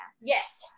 Yes